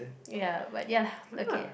ya but ya okay